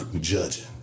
judging